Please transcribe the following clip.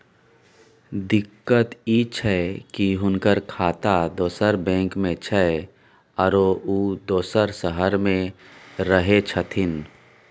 दिक्कत इ छै की हुनकर खाता दोसर बैंक में छै, आरो उ दोसर शहर में रहें छथिन